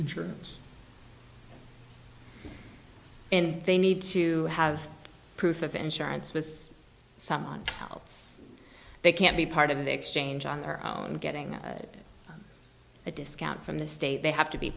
insurance and they need to have proof of insurance was someone else they can't be part of the exchange on their own and getting a discount from the state they have to be